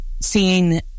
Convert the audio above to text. seeing